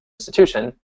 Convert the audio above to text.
institution